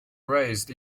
raised